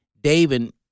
David